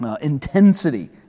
intensity